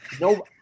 No